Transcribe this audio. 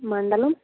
మండలం